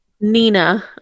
Nina